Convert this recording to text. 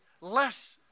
less